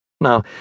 Now